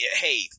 hey